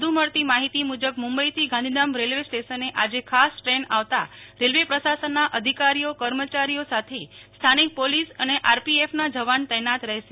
વધુમાં મળતી માહિતી મુજબ મુંબઈથી ગાંધીધામ રેલવે સ્ટેશને આજે ખાસ ટ્રેન આવતા રેલવે પ્રશાસનના અધિકારીઓ કર્મચારીઓ સાથે સ્થાનિક પોલીસ અને આરપીએફ જવાન તૈનાત રહેશે